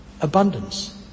abundance